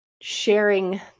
sharing